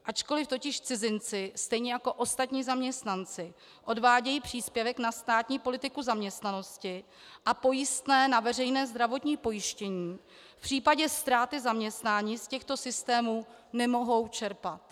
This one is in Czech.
Ačkoli totiž cizinci stejně jako ostatní zaměstnanci odvádějí příspěvek na státní politiku zaměstnanosti a pojistné na veřejné zdravotní pojištění, v případě ztráty zaměstnání z těchto systémů nemohou čerpat.